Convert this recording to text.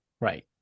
Right